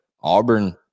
Auburn